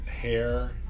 hair